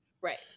Right